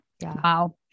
Wow